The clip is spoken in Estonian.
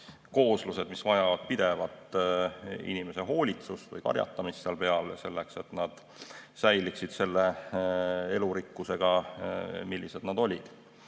kooslused, mis vajavad pidevat inimese hoolitsust või karjatamist seal peal, selleks et nad säiliksid sellise elurikkusega, nagu seal oli. Nii